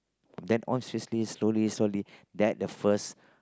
from then on seriously slowly slowly that the first